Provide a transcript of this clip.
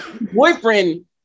boyfriend